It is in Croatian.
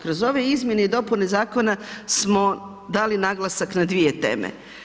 Kroz ove izmjene i dopune zakona smo dali naglasak na dvije teme.